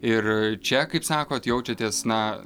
ir čia kaip sakot jaučiatės na